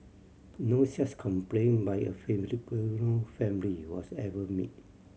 no such complaint by a Filipino family was ever made